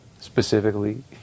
specifically